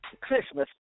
Christmas